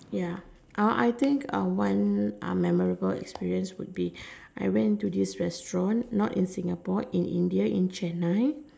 ya uh I think uh one memorable experience would be I went to this restaurant not in Singapore in India in Chennai